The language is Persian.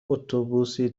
اتوبوسی